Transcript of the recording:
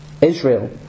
Israel